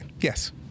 Yes